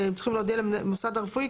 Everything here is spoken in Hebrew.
שצריכים להודיע למוסד הרפואי.